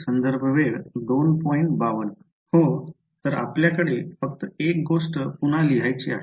हो तर जेव्हा आपल्याकडे फक्त एक गोष्ट पुन्हा लिहायची आहे